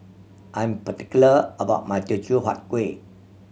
I am particular about my Teochew Huat Kuih